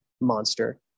monster